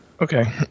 Okay